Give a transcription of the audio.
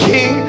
King